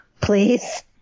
please